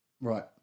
Right